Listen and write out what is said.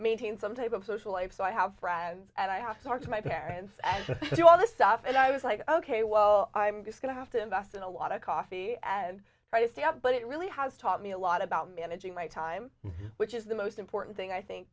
maintain some type of social life so i have friends and i have talked to my parents as do all this stuff and i was like ok well i'm just going to have to invest in a lot of coffee as and try to stay up but it really has taught me a lot about managing my time which is the most important thing i think